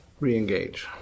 reengage